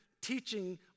teaching